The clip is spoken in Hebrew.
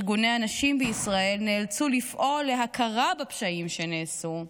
ארגוני הנשים בישראל נאלצו לפעול להכרה בפשעים שנעשו,